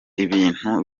ibintu